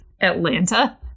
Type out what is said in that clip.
Atlanta